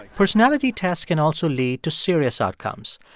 personality tests can also lead to serious outcomes.